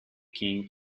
king